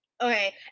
Okay